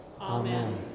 Amen